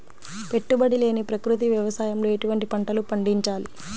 పెట్టుబడి లేని ప్రకృతి వ్యవసాయంలో ఎటువంటి పంటలు పండించాలి?